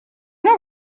not